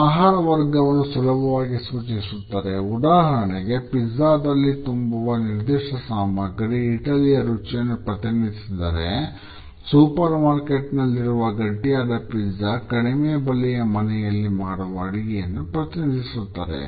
ಆಹಾರ ವರ್ಗವನ್ನು ಸುಲಭವಾಗಿ ಸೂಚಿಸುತ್ತದೆ ಉದಾಹರಣೆಗೆ ಪಿಜ್ಜಾದಲ್ಲಿ ಕಡಿಮೆ ಬೆಲೆಯ ಮನೆಯಲ್ಲಿ ಮಾಡುವ ಅಡಿಗೆಯನ್ನು ಪ್ರತಿನಿಧಿಸುತ್ತದೆ